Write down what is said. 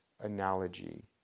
analogy